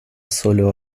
solo